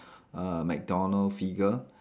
uh McDonald figure